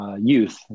youth